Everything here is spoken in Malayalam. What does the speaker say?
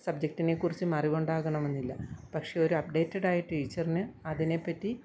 സബ്ജെക്റ്റിനെക്കുറിച്ചും അറിവുണ്ടാകണമെന്നില്ല പക്ഷെ ഒരു അപ്ഡേറ്റഡായ ടീച്ചറിന് അതിനെപ്പറ്റി